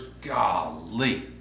golly